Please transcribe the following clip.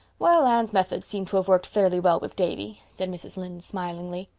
well, anne's methods seem to have worked fairly well with davy, said mrs. lynde smilingly.